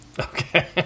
Okay